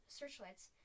searchlights